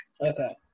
Okay